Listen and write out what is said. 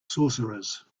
sorcerers